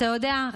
אתה יודע,